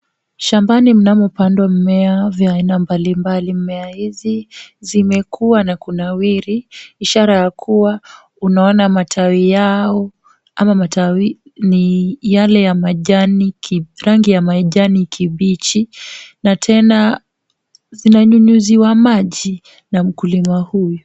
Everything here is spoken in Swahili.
Shambani mnamopandwa mimea vya aina mbali mbali. Mimea hizi zimekuwa na kunawiri, ishara ya kuwa unaona matawi yao ama matawi ni yale ya rangi ya majani kibichi, na tena zinanyunyiziwa maji na mkulima huyu.